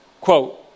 quote